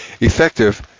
effective